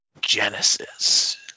Genesis